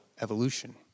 evolution